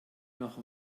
noch